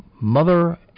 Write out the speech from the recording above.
mother